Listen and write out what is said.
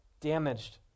damaged